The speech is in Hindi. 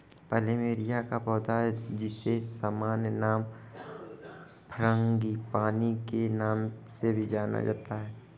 प्लमेरिया का पौधा, जिसे सामान्य नाम फ्रांगीपानी के नाम से भी जाना जाता है